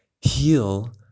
heal